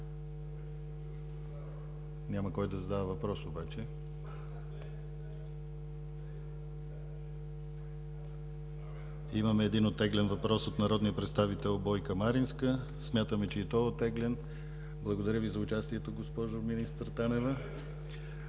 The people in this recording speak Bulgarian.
Няма кой да задава въпрос обаче. (Шум и реплики.) Имаме един оттеглен въпрос от народния представител Бойка Маринска. Смятаме, че и този е оттеглен. Благодаря Ви за участието, госпожо министър Танева.